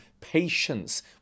patience